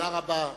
תודה רבה.